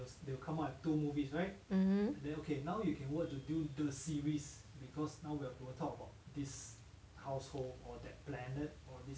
mmhmm